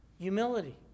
humility